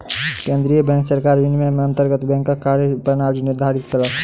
केंद्रीय बैंक सरकार विनियम के अंतर्गत बैंकक कार्य प्रणाली निर्धारित केलक